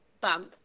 bump